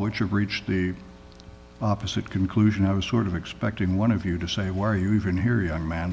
which are breached the opposite conclusion i was sort of expecting one of you to say where you've been here young man